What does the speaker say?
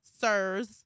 sirs